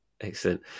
Excellent